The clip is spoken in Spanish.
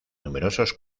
numerosos